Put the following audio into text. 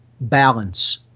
balance